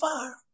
far